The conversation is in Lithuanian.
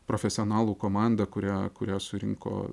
profesionalų komanda kurią kurią surinko